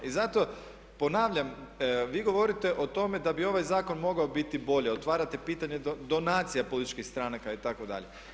I zato, ponavljam vi govorite o tome da bi ovaj zakon mogao biti bolji, otvarate pitanje donacija političkih stranaka itd.